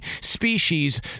species